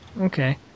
Okay